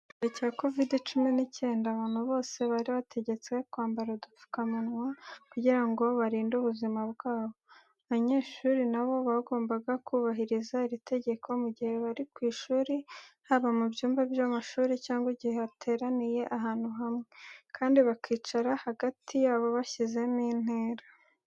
Mu gihe cya COVID-19, abantu bose bari bategetswe kwambara udupfukamunwa kugira ngo barinde ubuzima bwabo. Abanyeshuri na bo bagombaga kubahiriza iri tegeko mu gihe bari ku ishuri, haba mu byumba by'amashuri cyangwa igihe bateraniye ahantu hamwe, kandi bakicara hagati yabo bashyizemo intera.